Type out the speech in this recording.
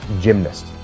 gymnast